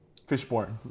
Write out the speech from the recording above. fishborn